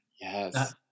Yes